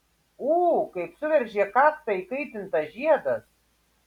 ū kaip suveržė kaktą įkaitintas žiedas